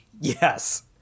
yes